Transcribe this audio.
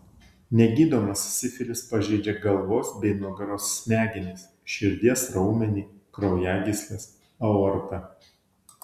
negydomas sifilis pažeidžia galvos bei nugaros smegenis širdies raumenį kraujagysles aortą